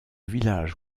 village